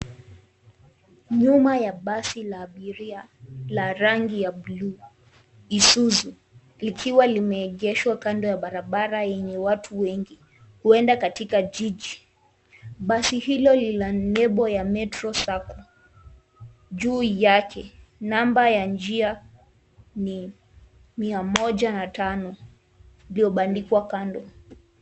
Nyuma ya basi la abiria la rangi ya blue , Isuzu likiwa limeegeshwa kando ya barabara yenye watu wengi, huenda katika jiji, basi hilo lina nembo ya Metro Sacco, juu yake, namba ya njia ni mia moja na tano, iliyobandikwa kando.